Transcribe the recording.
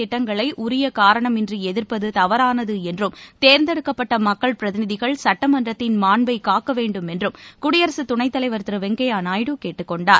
திட்டங்களைஉரியகாரணமின்றிஎதிர்ப்பதுதவறானதுஎன்றும் தேர்ந்தெடுக்கப்பட்டமக்கள் அரசின் பிரதிநிதிகள் சட்டமன்றத்தின் மாண்பைக் காக்கவேண்டும் என்றும் குடியரசுதுணைத்தலைவர் திருவெங்கய்யாநாயுடு கேட்டுக் கொண்டார்